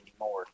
anymore